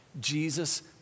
Jesus